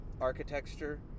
architecture